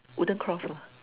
wooden cross lah